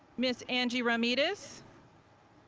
ms. angie ramirez